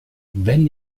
wenn